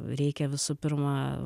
reikia visų pirma